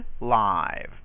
live